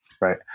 right